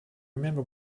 remember